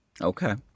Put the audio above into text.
okay